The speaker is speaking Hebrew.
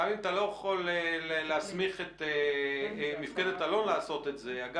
גם אם אתה לא יכול להסמיך את מפקדת אלון לעשות את זה אגב,